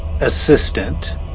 assistant